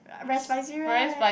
very spicy right